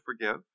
forgive